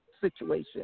situation